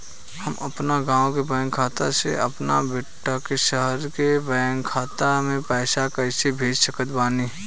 हम अपना गाँव के बैंक खाता से अपना बेटा के शहर के बैंक खाता मे पैसा कैसे भेज सकत बानी?